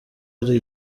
ari